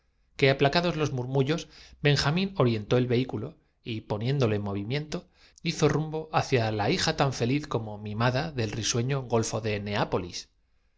que aplacados los murmullos benjamín orientó el vehículo y poniéndolo en movimiento hizo rumbo nópete como el grano de trigo oculto en la gleba no hacia la hija tan feliz como mimada del risueño golfo deja de